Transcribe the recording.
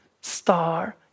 star